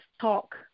Talk